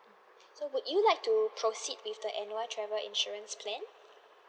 so would you like to proceed with the annual travel insurance plan